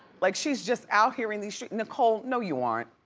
like she's just out here in these, nicole, no you aren't.